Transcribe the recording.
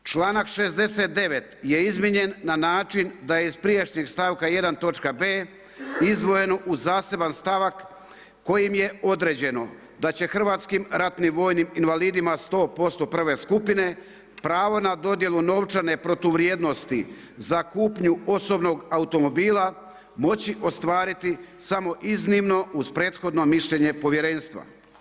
Članak 69. je izmijenjen na način da je iz prijašnjeg stavka 1. točka b) izdvojeno u zaseban stavak kojim je određeno da će hrvatskim ratnim vojnim invalidima 100% prve skupine pravo na dodjelu novčane protuvrijednosti za kupnju osobnog automobila moći ostvariti samo iznimno uz prethodno mišljenje povjerenstva.